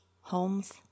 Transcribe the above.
Holmes